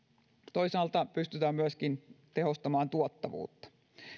toisaalta pystytään myöskin tehostamaan tuottavuutta